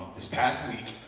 this past week,